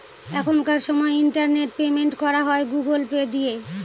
এখনকার সময় internet payment করা হয় গুগুল পে দিয়ে